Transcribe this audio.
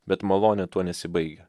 bet malonė tuo nesibaigia